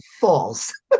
False